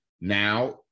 now